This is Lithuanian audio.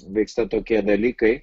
vyksta tokie dalykai